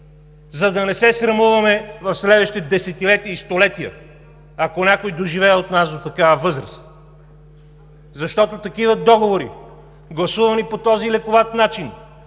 за да не се срамуваме в следващите десетилетия и столетия – ако някой доживее от нас до такава възраст, защото такива договори, гласувани по този лековат начин,